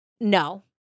no